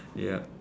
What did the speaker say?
ya